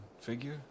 figure